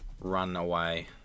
Runaway